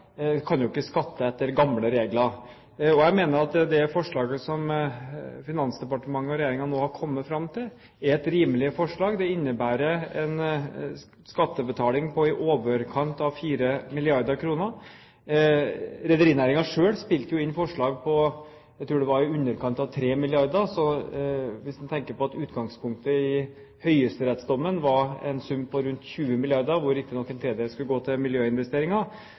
kan jo ikke skatte etter gamle regler. Jeg mener at det forslaget som Finansdepartementet og regjeringen nå har kommet fram til, er et rimelig forslag. Det innebærer en skattebetaling på i overkant av 4 mrd. kr. Rederinæringen selv spilte jo inn et forslag på i underkant av 3 mrd. kr, tror jeg det var. Så hvis en tenker på at utgangspunktet i høyesterettsdommen var en sum på rundt 20 mrd. kr, hvor riktignok en tredjedel skulle gå til miljøinvesteringer,